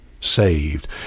saved